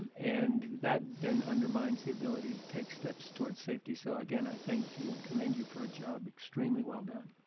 and that then undermines the ability to take steps toward safety. so again, i thank you and commend you for a job extremely well done.